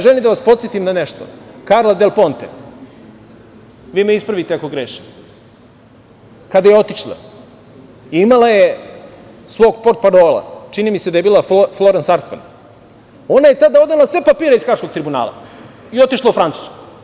Želim da vas podsetim na nešto, Karla del Ponte, vi me ispravite ako grešim, kada je otišla imala je svog portparola, čini mi se da je bila Florans Artman, ona je tada odala sve papire iz Haškog tribunala i otišla u Francusku.